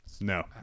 No